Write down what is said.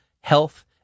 health